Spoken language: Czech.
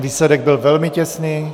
Výsledek byl velmi těsný.